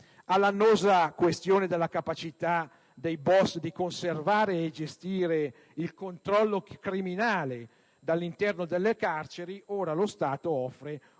All'annosa questione della capacità dei boss di conservare e gestire il controllo criminale dall'interno delle carceri ora lo Stato offre una